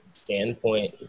standpoint